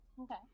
Okay